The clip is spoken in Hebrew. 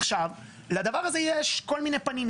עכשיו, לדבר הזה יש כל מיני פנים.